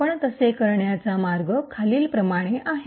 आपण तसे करण्याचा मार्ग खालीलप्रमाणे आहे